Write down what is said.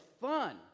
fun